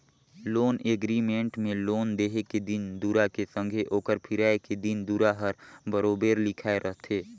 loan agreement में loan देहे के दिन दुरा के संघे ओकर फिराए के दिन दुरा हर बरोबेर लिखाए रहथे